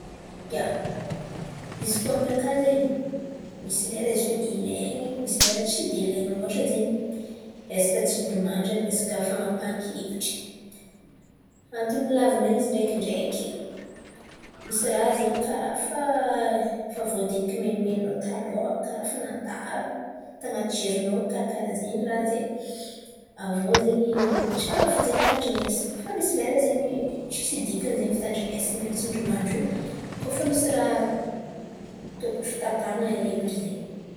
Ià, izy koa aminàka zen̈y misy lera izy io ilain̈y, misy lera tsy dia ilain̈y loatra zen̈y resaka tsindrimandry amin'ny resaka fan̈ampahan-kevitry. Antony ilavan̈a izy indraikindraiky, misy ràha zen̈y kàra fa fa voadiniky menimeninao talôha, kàra fa nandalo tanaty jerinao, kàraha zen̈y ràha zen̈y. Avy iô zen̈y tsara fo tandrin̈esana, fa misy lera zen̈y tsisy dikany zen̈y fitandrin̈esana tsindrimandry io kôa fa misy ràha tôkotro tapahan̈a hevitry zen̈y.